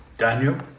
Daniel